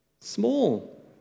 Small